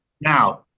Now